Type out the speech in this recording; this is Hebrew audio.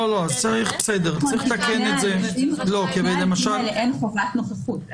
אין חובת נוכחות.